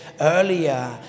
earlier